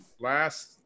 Last